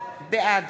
בעד